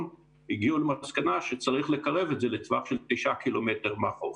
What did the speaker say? הגיעו למסקנה שצריך לקרב את זה לטווח של תשעה קילומטרים מהחוף.